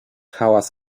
hałas